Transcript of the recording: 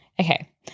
Okay